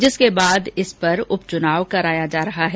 जिसके बाद इस पर उपचुनाव कराया जा रहा है